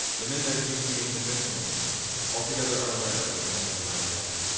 the men there seemed to be in conventional moods, altogether unaware of the impending annihilation.